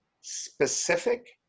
specific